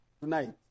tonight